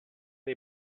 dei